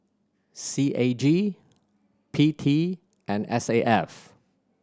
C A G P T and S A F